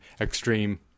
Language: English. extreme